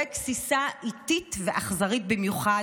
חווה גסיסה איטית ואכזרית במיוחד,